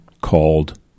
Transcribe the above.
called